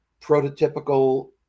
prototypical